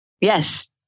Yes